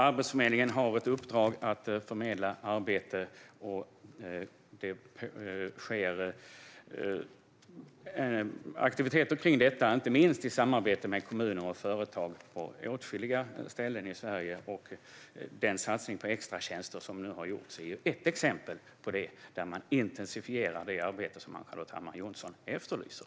Arbetsförmedlingen har ett uppdrag att förmedla arbete, och det sker aktiviteter kring detta, inte minst i samarbete med kommuner och företag på åtskilliga ställen i Sverige. Den satsning på extratjänster som nu har gjorts är ett exempel på när man intensifierar det arbete som Ann-Charlotte Hammar Johnsson efterlyser.